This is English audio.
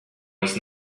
was